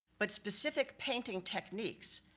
but specific painting techniques,